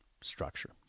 structure